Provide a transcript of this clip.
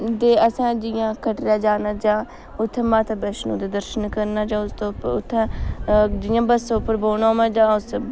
ते असां जियां कटड़ा जाना जां उत्थैं माता बैश्णो दे दर्शन करने जां उत्थें जियां बस उप्पर बौह्ना होऐ जां उस